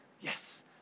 yes